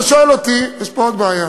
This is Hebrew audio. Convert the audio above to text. אם אתה שואל אותי, יש פה עוד בעיה: